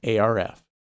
ARF